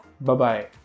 Bye-bye